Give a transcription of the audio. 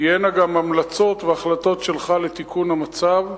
תהיינה גם המלצות והחלטות שלך לתיקון המצב,